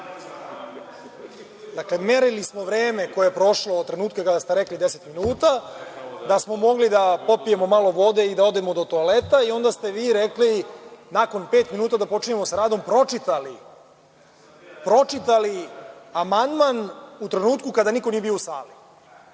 Dakle, merili smo vreme koje je prošlo od trenutka kada ste rekli deset minuta, da smo mogli da popijemo malo vode i da odemo do toaleta i onda ste vi rekli nakon pet minuta da počinjemo sa radom, pročitali amandman u trenutku kada niko nije bio u